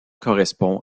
correspond